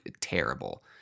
terrible